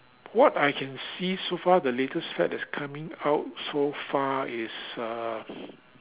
what I can see so far the latest fad that's coming out so far is uh